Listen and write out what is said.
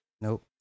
Nope